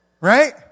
right